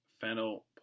fennel